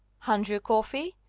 andrew coffey!